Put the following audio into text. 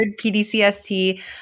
PDCST